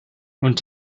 und